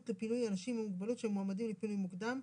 לפינוי אנשים עם מוגבלות שהם מועמדים לפינוי מוקדם,